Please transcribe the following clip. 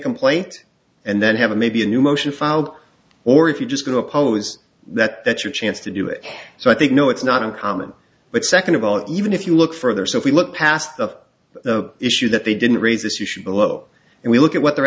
complaint and then have a maybe a new motion filed or if you just go oppose that that your chance to do it so i think no it's not uncommon but second of all even if you look further so if we look past of the issue that they didn't raise this issue below and we look at what they're